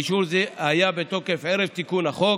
ואישור זה היה בתוקף ערב תיקון החוק,